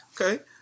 Okay